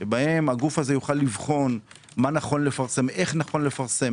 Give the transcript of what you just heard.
שבהם יוכל לבחון מה ואיך נכון לפרסם?